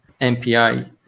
MPI